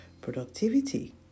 productivity